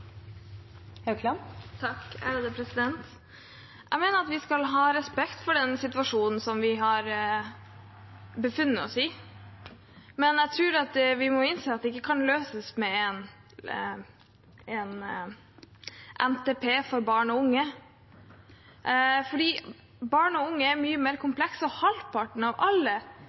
at vi skal ha respekt for den situasjonen vi har vært i, men jeg tror vi må innse at den ikke kan løses med en «NTP» for barn og unge. Barn og unges situasjon er mye mer kompleks. Halvparten av alle